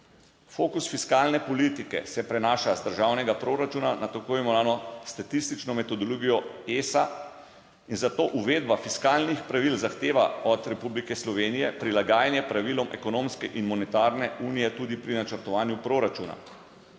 Fokus fiskalne politike se prenaša iz državnega proračuna na tako imenovano statistično metodologijo ESAP in zato uvedba fiskalnih pravil zahteva od Republike Slovenije prilagajanje pravilom Ekonomske in monetarne unije tudi pri načrtovanju proračuna.